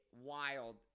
wild